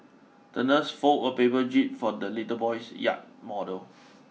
the nurse folded a paper jib for the little boy's yacht model